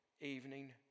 evening